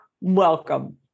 Welcome